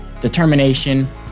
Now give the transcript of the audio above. determination